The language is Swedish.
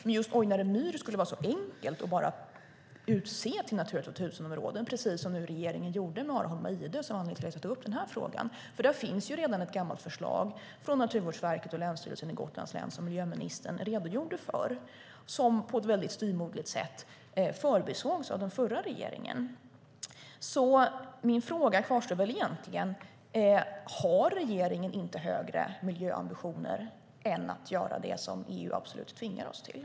Det skulle vara så enkelt att bara utse just Ojnare myr till ett Natura 2000-område, precis som regeringen nu har gjort med Arholma-Idö. Det finns redan ett gammalt förslag från Naturvårdsverket och Länsstyrelsen i Gotlands län, som miljöministern redogjorde för, som på ett styvmoderligt sätt förbisågs av den förra regeringen. Min fråga kvarstår: Har inte regeringen högre miljöambitioner än att göra det som EU absolut tvingar oss till?